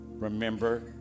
Remember